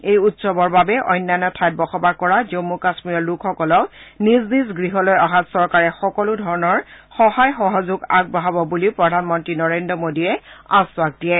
এই উৎসৱৰ বাবে অন্যান্য ঠাইত বসবাস কৰা জম্মু কাশ্মীৰৰ লোকসকলক নিজ নিজ গৃহলৈ অহাত চৰকাৰে সকলোধৰণৰ সহায় সহযোগ আগবঢ়াব বুলিও প্ৰধানমন্ত্ৰী নৰেন্দ্ৰ মোদীয়ে আশ্বাস দিয়ে